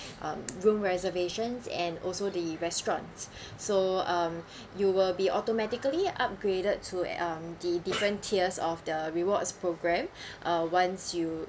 um room reservations and also the restaurants so um you will be automatically upgraded to um the different tiers of the rewards program uh once you